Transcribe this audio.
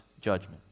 judgment